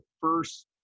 first